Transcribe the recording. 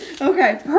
Okay